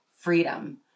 freedom